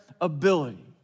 ability